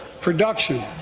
production